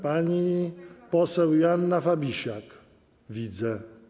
Pani poseł Joanna Fabisiak - widzę.